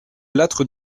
lattre